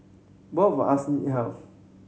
both of us needed help